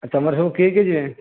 ତୁମର ସବୁ କିଏ କିଏ ଯିବେ